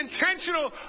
intentional